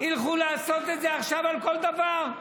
ילכו לעשות את זה עכשיו על כל דבר,